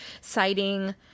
citing